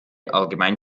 allgemein